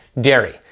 dairy